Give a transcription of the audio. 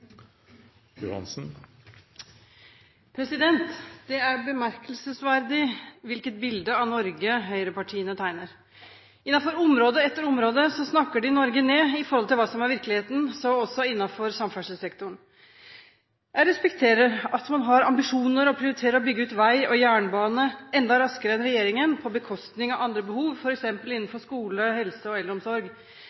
bemerkelsesverdig hvilket bilde av Norge høyrepartiene tegner. Innenfor område etter område snakker de Norge ned i forhold til hva som er virkeligheten, så også innenfor samferdselssektoren. Jeg respekterer at man har ambisjoner og prioriterer å bygge ut vei og jernbane enda raskere enn regjeringen på bekostning av andre behov,